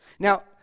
Now